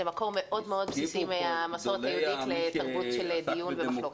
זה מקור מאוד בסיסי מהמסורת היהודית לתרבות של דיון ומחלוקת.